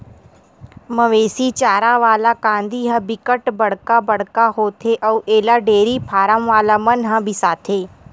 मवेशी चारा वाला कांदी ह बिकट बड़का बड़का होथे अउ एला डेयरी फारम वाला मन ह बिसाथे